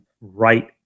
right